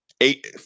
eight